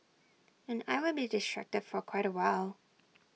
and I will be distracted for quite A while